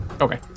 Okay